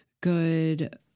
good